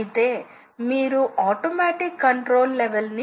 అదే సమయంలో అది ఒక రంధ్రం చేయడానికి క్రిందికి రావచ్చు